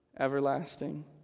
Everlasting